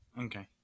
Okay